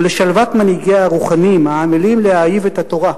ולשלוות מנהיגיה הרוחניים העמלים להאהיב את התורה,